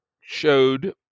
showed